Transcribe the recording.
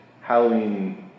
halloween